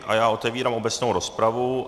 A já otevírám obecnou rozpravu.